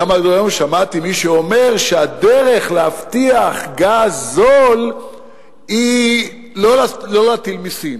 גם היום שמעתי מי שאומר שהדרך להבטיח גז זול היא לא להטיל מסים.